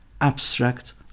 abstract